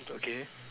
okay